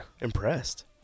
Impressed